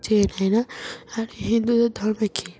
চেয়ে নেয় না আর হিন্দুদের ধর্মে কী